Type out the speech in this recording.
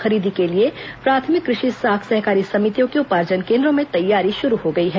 खरीदी के लिए प्राथमिक कृषि साख सहकारी समितियों के उपार्जन केन्द्रों में तैयारी शुरू हो गई है